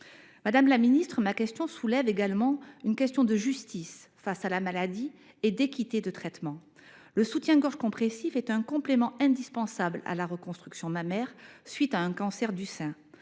raisons financières. Ma question soulève également un problème de justice face à la maladie et d’équité de traitement. Le soutien gorge compressif est un complément indispensable à la reconstruction mammaire, à la suite d’un cancer du sein.